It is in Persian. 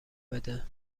بده